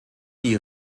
die